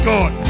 God